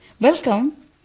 Welcome